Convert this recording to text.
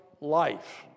life